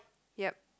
yep